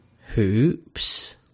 hoops